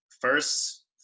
first